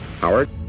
Howard